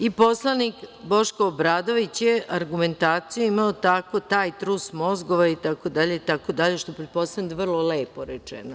I poslanik Boško Obradović je argumentacijom imao tako taj trus mozgova, itd, što pretpostavljam da je vrlo lepo rečeno.